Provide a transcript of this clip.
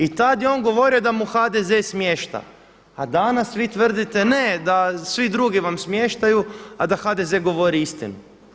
I tad je on govorio da mu HDZ smješta, a danas vi tvrdite ne da svi drugi vam smještaju, a da HDZ govori istinu.